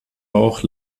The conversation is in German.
bauch